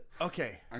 Okay